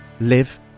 live